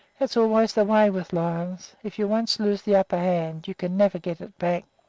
that's always the way with lions if you once lose the upper hand you can never get it back.